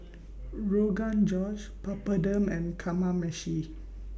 Rogan Josh Papadum and Kamameshi